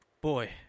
Boy